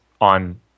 on